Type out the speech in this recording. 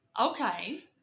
Okay